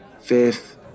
fifth